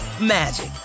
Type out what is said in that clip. magic